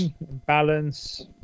balance